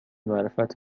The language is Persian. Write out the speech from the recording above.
معرفت